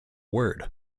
word